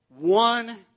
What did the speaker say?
one